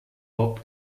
ort